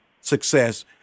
success